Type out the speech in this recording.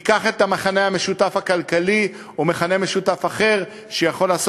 ניקח את המכנה המשותף הכלכלי או מכנה משותף אחר שיכול לעשות